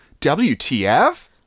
WTF